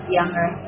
younger